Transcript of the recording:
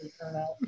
turnout